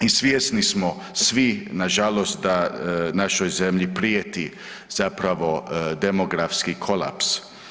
I svjesni smo svi nažalost da našoj zemlji prijeti zapravo demografski kolaps.